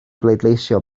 bleidleisio